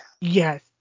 Yes